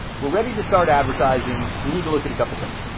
we're ready to start advertising. we need to look at a couple of things.